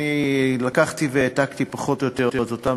אני לקחתי והעתקתי פחות או יותר את אותם